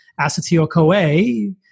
acetyl-CoA